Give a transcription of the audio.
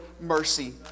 mercy